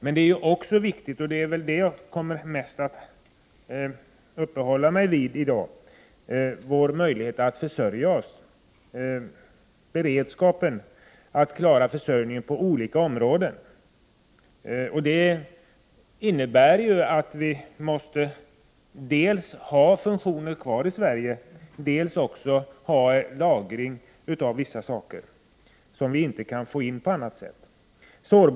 Men det är också viktigt, och det är detta jag mest kommer att uppehålla mig vid i dag, att vi har möjlighet att försörja oss. Vi måste ha en beredskap för att klara försörjningen på olika områden. Det innebär att vi måste dels ha funktioner kvar i Sverige, dels lagra vissa saker som vi inte kan få in vid en avspärrning.